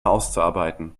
auszuarbeiten